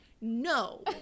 no